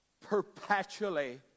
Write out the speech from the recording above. perpetually